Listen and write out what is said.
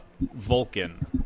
Vulcan